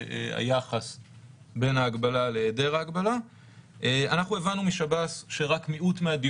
אפשר להגיד שבממוצע לאחר תום ההגבלה ועד ה-5 ביולי